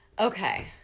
Okay